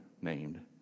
named